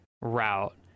route